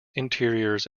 interiors